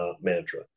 mantra